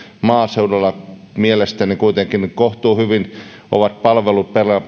maaseudulla mielestäni kuitenkin kohtuuhyvin ovat palvelut